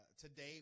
today